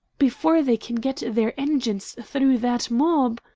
before they can get their engines through that mob